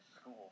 school